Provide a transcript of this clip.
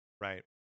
right